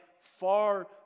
far